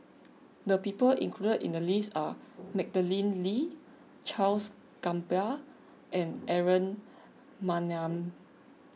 the people included in the list are Madeleine Lee Charles Gamba and Aaron Maniam